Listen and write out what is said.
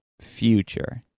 future